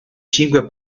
cinque